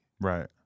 Right